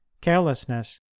carelessness